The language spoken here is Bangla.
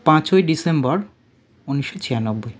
পাঁচই ডিসেম্বর উনিশশো ছিয়ানব্বই